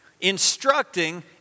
instructing